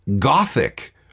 Gothic